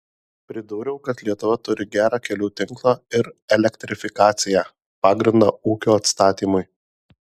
pridūriau kad lietuva turi gerą kelių tinklą ir elektrifikaciją pagrindą ūkio atstatymui